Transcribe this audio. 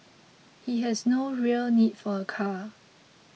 he has no real need for a car